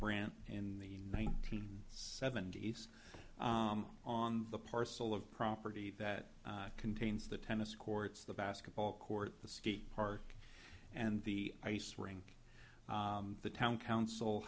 grant in the nineteen seventies on the parcel of property that contains the tennis courts the basketball court the skate park and the ice rink the town council